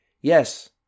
Yes